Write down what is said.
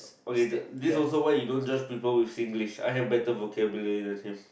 okay this also why you don't judge people with Singlish I have better vocabulary than him